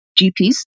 GPs